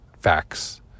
facts